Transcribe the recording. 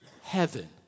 Heaven